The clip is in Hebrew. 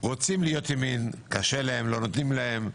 שרוצים להיות ימין, קשה להם, לא נותנים להם.